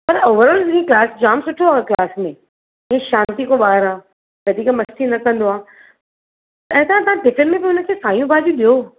पर ओवरऑल हीअं जाम सुठो आहे क्लास में हीअं शांतीको ॿार आहे वधीक मस्ती न कंदो आहे ऐं भाउ तव्हां टिफिन में बि उन खे सायूं भाॼियूं ॾियो